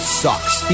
sucks